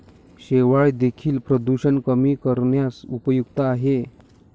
शेवाळं देखील प्रदूषण कमी करण्यास उपयुक्त आहे